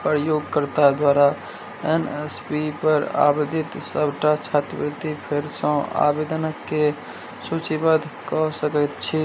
प्रयोगकर्ता दुआरा N S P पर आवेदित सबटा छात्रवृति फेरसँ आवेदनके सूचिबद्ध कऽ सकैत छी